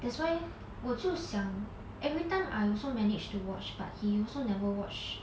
that's why 我就想 everytime I also manage to watch but he also never watch